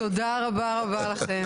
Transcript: תודה רבה רבה לכם,